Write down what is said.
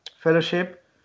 fellowship